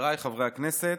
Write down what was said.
חבריי חברי הכנסת,